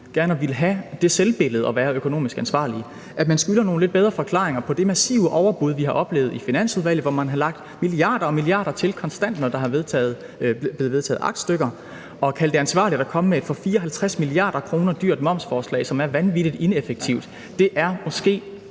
går op i at have det selvbillede at være økonomisk ansvarlig – at man skylder nogle lidt bedre forklaringer på det massive overbud, vi har oplevet i Finansudvalget, hvor man har lagt milliarder og milliarder til konstant, når der er blevet vedtaget aktstykker. At kalde det ansvarligt at komme med et 54 mia. kr. dyrt momsforslag, som er vanvittig ineffektivt, er måske